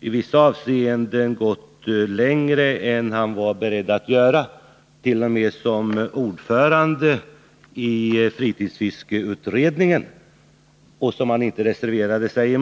i vissa avseenden t.o.m. gått längre än han var beredd att göra i egenskap av ordförande i fritidsfiskeutredningen där han reserverade sig.